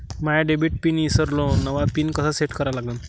माया debit PIN ईसरलो, नवा PIN कसा सेट करा लागन?